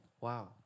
Wow